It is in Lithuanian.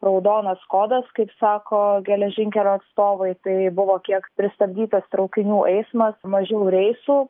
raudonas kodas kaip sako geležinkelių atstovai tai buvo kiek pristabdytas traukinių eismas mažiau reisų